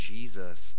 Jesus